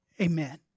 Amen